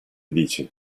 dici